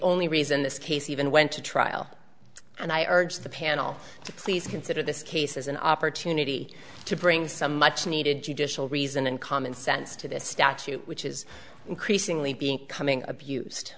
only reason this case even went to trial and i urge the panel to please consider this case as an opportunity to bring some much needed judicial reason and common sense to this statute which is increasingly being coming abused